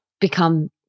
become